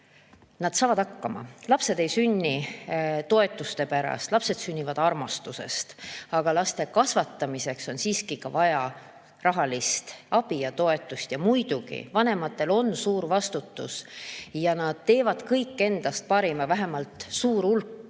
nad saavad hakkama. Lapsed ei sünni toetuste pärast, lapsed sünnivad armastusest. Aga laste kasvatamiseks on siiski ka vaja rahalist abi ja toetust. Ja muidugi, vanematel on suur vastutus ja nad annavad endast parima – vähemalt suur hulk